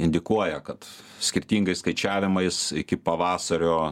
indikuoja kad skirtingais skaičiavimais iki pavasario